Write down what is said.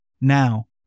Now